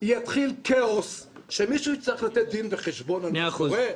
יתחיל כאוס שמישהו יצטרך לתת דין וחשבון על מה שקורה.